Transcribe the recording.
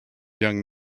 young